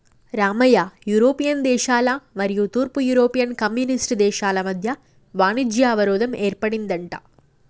Ramayya European దేశాల మరియు తూర్పు యూరోపియన్ కమ్యూనిస్ట్ దేశాల మధ్య వాణిజ్య అవరోధం ఏర్పడిందంట